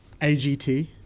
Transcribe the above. agt